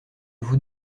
vous